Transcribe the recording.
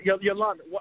Yolanda